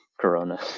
Corona